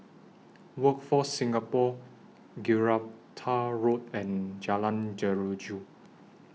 Workforce Singapore Gibraltar Road and Jalan Jeruju